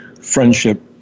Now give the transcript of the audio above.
friendship